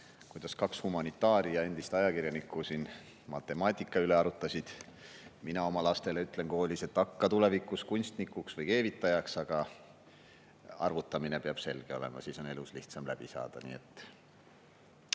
kuidas kaks humanitaari ja endist ajakirjanikku siin matemaatika üle arutasid. Mina oma koolis käivatele lastele ütlen: "Hakka tulevikus kunstnikuks või keevitajaks, aga arvutamine peab sul ikka selge olema, siis on elus lihtsam läbi saada."